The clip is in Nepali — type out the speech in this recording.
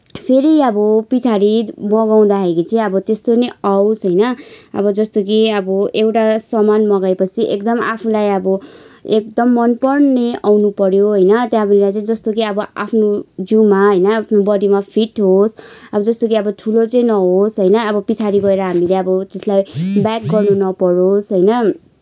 फेरी अब पछाडि मगाउँदाखेरि चाहिँ अब त्यस्तो नै आवोस होइन अब जस्तो कि अब एउटा सामान मगाएपछि एकदम आफूलाई अब एकदम मनपर्ने आउनु पऱ्यो होइन त्यहाँबाट चाहिँ जस्तो कि आफ्नो जिउमा होइन आफ्नो बडीमा फिट होस् अब जस्तो कि अब ठुलो चाहिँ नहोस् होइन अब पछाडि गएर होमीले अब त्यसलाई ब्याक गर्न नपरोस होइन